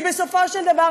כי בסופו של דבר,